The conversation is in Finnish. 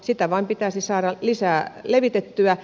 sitä vain pitäisi saada lisää levitettyä